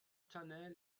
channel